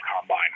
Combine